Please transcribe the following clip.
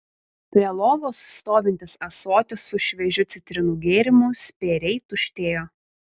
prie lovos stovintis ąsotis su šviežiu citrinų gėrimu spėriai tuštėjo